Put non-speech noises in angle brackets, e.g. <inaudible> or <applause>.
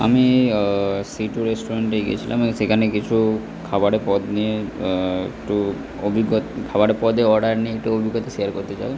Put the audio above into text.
আমি C two রেস্টুরেন্টে গিয়েছিলাম <unintelligible> সেখানে কিছু খাবারের পদ নিয়ে একটু অভিজ্ঞতা খাবারের পদের অর্ডার নিয়ে একটু অভিজ্ঞতা শেয়ার করতে চাই